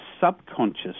subconscious